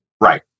right